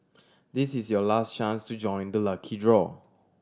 this is your last chance to join the lucky draw